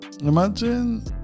Imagine